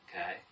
Okay